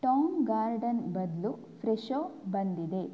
ಟಾಂಗ್ ಗಾರ್ಡನ್ ಬದಲು ಫ್ರೆಶೋ ಬಂದಿದೆ